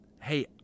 hey